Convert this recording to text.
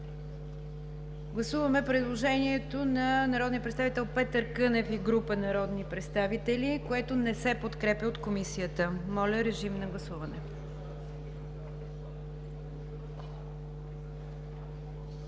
Гласуваме предложението на народния представител Петър Кънев и група народни представители, което не се подкрепя от Комисията. Гласували